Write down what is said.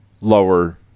lower